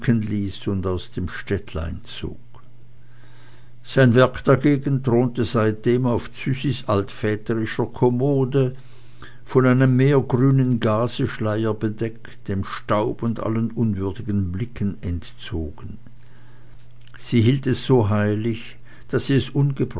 und aus dem städtlein zog sein werk dagegen thronte seitdem auf züsis altväterischer kommode von einem meergrünen gazeschleier bedeckt dem staub und allen unwürdigen blicken entzogen sie hielt es so heilig daß sie es